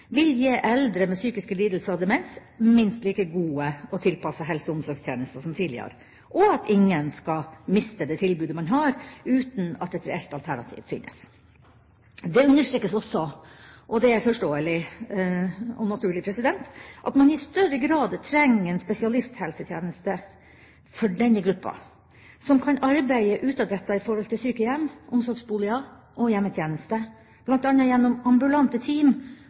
vil gi eldre med psykiske lidelser og demens minst like gode og tilpassede helse- og omsorgstjenester som tidligere, og at ingen skal miste det tilbudet de har, uten at et reelt alternativ finnes. Det understrekes også – og det er forståelig og naturlig – at man i større grad trenger en spesialisthelsetjeneste for denne gruppa som kan arbeide utadrettet i forhold til sykehjem, omsorgsboliger og hjemmetjeneste, bl.a. gjennom ambulante team